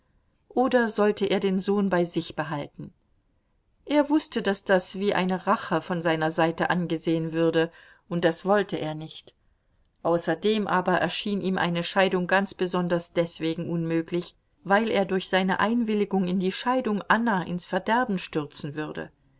oder sollte er den sohn bei sich behalten er wußte daß das wie eine rache von seiner seite angesehen würde und das wollte er nicht außerdem aber erschien ihm eine scheidung ganz besonders deswegen unmöglich weil er durch seine einwilligung in die scheidung anna ins verderben stürzen würde